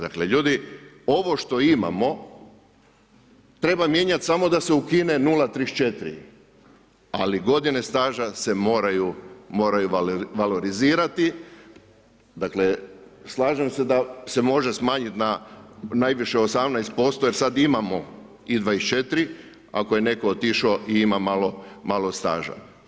Dakle, ljudi, ovo što imamo, treba mijenjati samo da se ukine 034, ali godine staža se moraju valorizirati, dakle, slažem se da se može smanjiti na najviše 18% jer sada imamo i 24 ako je netko otišao i ima malo staža.